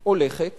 הולכת